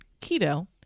keto